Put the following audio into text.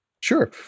Sure